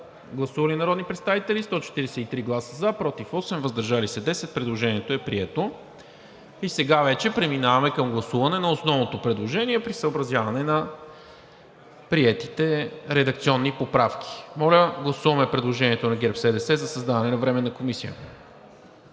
Гласували 161 народни представители: за 143, против 8, въздържали се 10. Предложението е прието. Преминаваме към гласуване на основното предложение при съобразяване на приетите редакционни поправки. Гласуваме предложението на ГЕРБ-СДС за създаване на временна комисия.